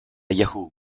yahoo